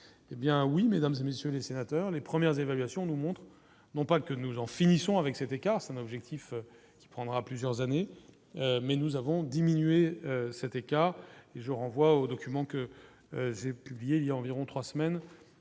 hé bien oui mesdames et messieurs les sénateurs, les premières évaluations nous montre, non pas que nous en finissons avec cet écart, c'est un objectif qui prendra plusieurs années mais nous avons diminué cet écart et je vous renvoie au document que j'ai publié il y a environ 3 semaines